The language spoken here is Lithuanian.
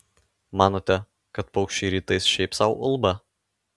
manote kad paukščiai rytais šiaip sau ulba